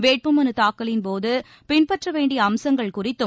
வேட்பு மனு தாக்கலின் போது பின்பற்ற வேண்டிய அம்சங்கள் குறித்தும்